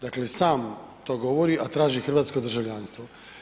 Dakle sam to govori a traži hrvatsko državljanstvo.